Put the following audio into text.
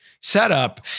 setup